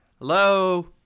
Hello